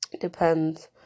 depends